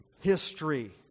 history